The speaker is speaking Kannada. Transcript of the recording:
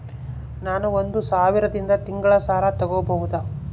ನಾನು ಒಂದು ಸಾವಿರದಿಂದ ತಿಂಗಳ ಸಾಲ ತಗಬಹುದಾ?